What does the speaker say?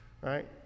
right